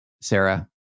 Sarah